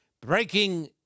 breaking